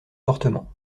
fortement